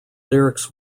lyrics